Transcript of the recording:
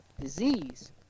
disease